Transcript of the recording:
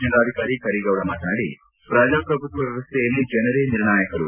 ಜಿಲ್ಲಾಧಿಕಾರಿ ಕರೀಗೌಡ ಮಾತನಾಡಿ ಪ್ರಜಾಪ್ರಭುತ್ವ ವ್ಯವಸ್ಥೆಯಲ್ಲಿ ಜನರೇ ನಿರ್ಣಾಯಕರು